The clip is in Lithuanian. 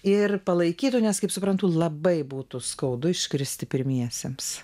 ir palaikytų nes kaip suprantu labai būtų skaudu iškristi pirmiesiems